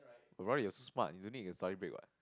but brother you're smart you don't need your study break what